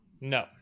No